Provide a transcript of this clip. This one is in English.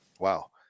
Wow